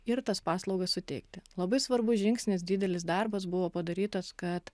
ir tas paslaugas suteikti labai svarbus žingsnis didelis darbas buvo padarytas kad